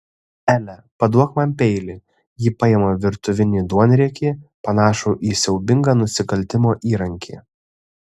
ele paduok man peilį ji paima virtuvinį duonriekį panašų į siaubingą nusikaltimo įrankį